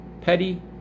petty